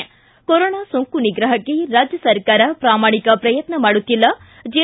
ಿ ಕೊರೋನಾ ಸೋಂಕು ನಿಗ್ರಹಕ್ಕೆ ರಾಜ್ಯ ಸರ್ಕಾರ ಪ್ರಾಮಾಣಿಕ ಪ್ರಯತ್ನ ಮಾಡುತ್ತಿಲ್ಲ ಜೆ